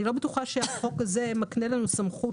אני לא בטוחה שהחוק הזה מקנה לנו סמכות,